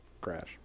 crash